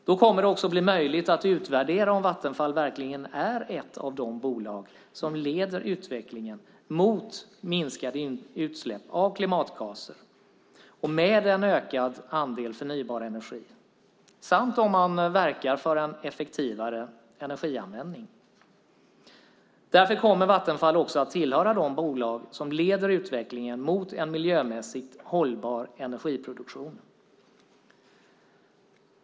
Det kommer att bli möjligt att utvärdera om Vattenfall verkligen är ett av de bolag som leder utvecklingen mot minskade utsläpp av klimatgaser med en ökad andel förnybar energi samt om man verkar för en effektivare energianvändning. Därför kommer Vattenfall att tillhöra de bolag som leder utvecklingen mot en miljömässigt hållbar energiproduktion.